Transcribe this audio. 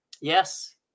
Yes